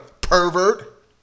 pervert